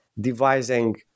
devising